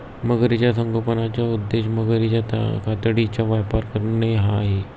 मगरीच्या संगोपनाचा उद्देश मगरीच्या कातडीचा व्यापार करणे हा आहे